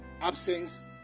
absence